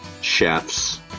chefs